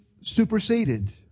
superseded